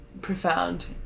profound